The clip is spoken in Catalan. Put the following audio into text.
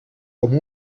com